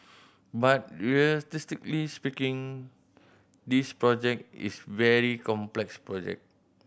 but realistically speaking this project is very complex project